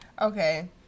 Okay